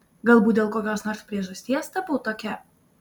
galbūt dėl kokios nors priežasties tapau tokia